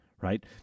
right